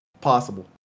possible